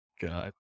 God